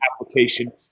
application